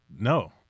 No